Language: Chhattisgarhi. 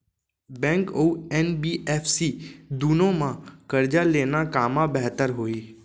बैंक अऊ एन.बी.एफ.सी दूनो मा करजा लेना कामा बेहतर होही?